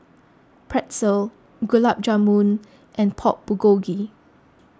Pretzel Gulab Jamun and Pork Bulgogi